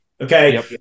okay